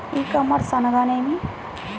ఈ కామర్స్ అనగా నేమి?